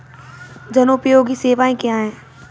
जनोपयोगी सेवाएँ क्या हैं?